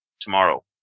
tomorrow